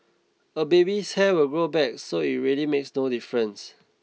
a baby's hair will grow back so it really makes no difference